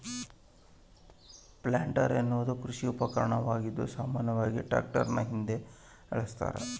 planter ಎನ್ನುವುದು ಕೃಷಿ ಉಪಕರಣವಾಗಿದ್ದು ಸಾಮಾನ್ಯವಾಗಿ ಟ್ರಾಕ್ಟರ್ನ ಹಿಂದೆ ಏಳಸ್ತರ